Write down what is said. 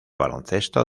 baloncesto